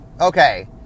Okay